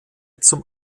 zum